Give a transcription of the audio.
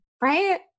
Right